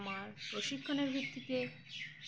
আমার প্রশিক্ষণের ভিত্তিতে